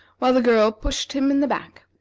while the girl pushed him in the back.